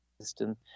system